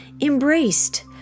embraced